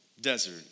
desert